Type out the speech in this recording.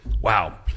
Wow